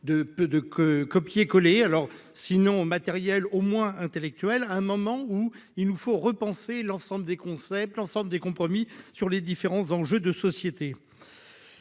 que copier/coller, alors sinon matériel au moins à un moment où il nous faut repenser l'ensemble des concepts l'ensemble des compromis sur les différents enjeux de société